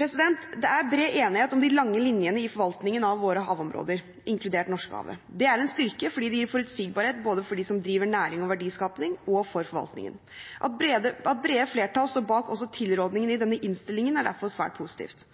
Det er bred enighet om de lange linjene i forvaltningen av våre havområder, inkludert Norskehavet. Det er en styrke fordi det gir forutsigbarhet både for dem som driver næring og verdiskaping, og for forvaltningen. At brede flertall også står bak tilrådingene i denne innstillingen, er derfor svært positivt.